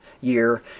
year